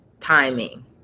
timing